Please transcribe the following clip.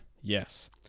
yes